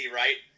right